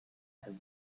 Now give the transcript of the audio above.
have